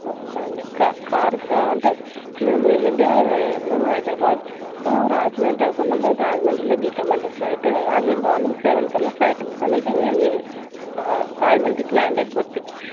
okay అండి క కార్కి అంటే మేము ఏంటంటే మేము హైద్రాబాదు టు రాజమండ్రి అనుకుంటున్నాము మేము రాజమండ్రిలో దిగుతామండి ఫ్లైట్ అది మార్నింగ్ సెవెన్కల్లా ఫ్లైట్ అనేది రాజమండ్రికి ల్యాండ్ అయిపోతుంది